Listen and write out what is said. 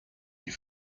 die